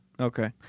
Okay